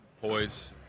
Poise